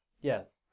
Yes